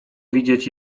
widzieć